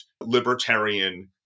libertarian